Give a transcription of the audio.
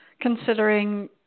considering